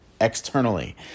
externally